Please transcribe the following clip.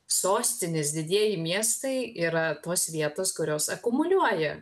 sostinės didieji miestai yra tos vietos kurios akumuliuoja